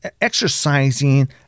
exercising